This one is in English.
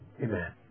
Amen